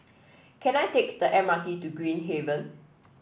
can I take the M R T to Green Haven